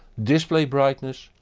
display brightness,